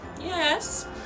Yes